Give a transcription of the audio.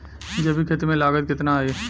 जैविक खेती में लागत कितना आई?